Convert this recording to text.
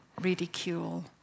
ridicule